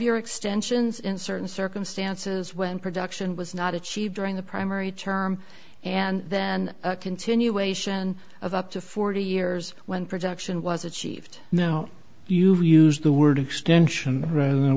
year extensions in certain circumstances when production was not achieved during the primary term and then a continuation of up to forty years when production was achieved no you've used the word extension rather than a